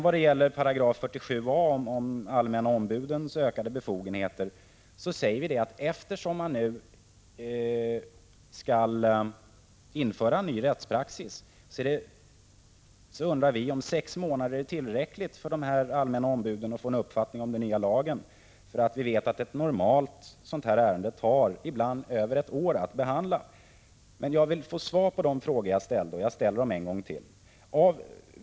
Vad gäller 47 a § om de allmänna ombudens ökade befogenheter undrar vi, eftersom man nu skall införa en ny rättspraxis, om sex månader är tillräckligt för att de allmänna ombuden skall få en uppfattning om den nya lagen. Vi vet att ett normalt ärende av detta slag ibland tar över ett år att behandla. Jag vill få svar på de frågor jag ställt, och jag ställer dem en gång till: 1.